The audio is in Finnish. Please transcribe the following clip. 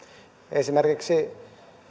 esimerkiksi